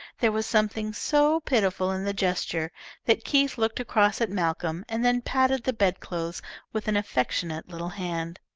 there was something so pitiful in the gesture that keith looked across at malcolm and then patted the bedclothes with an affectionate little hand.